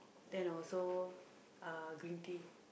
then also uh green tea